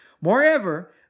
Moreover